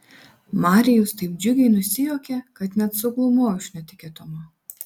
marijus taip džiugiai nusijuokė kad net suglumau iš netikėtumo